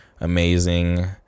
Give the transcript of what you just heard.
amazing